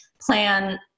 plan